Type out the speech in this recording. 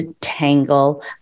Tangle